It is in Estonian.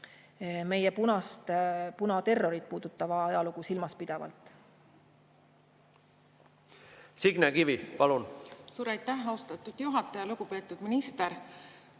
meie punaterrorit puudutavat ajalugu silmas pidades.